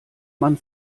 man